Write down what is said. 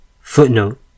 Footnote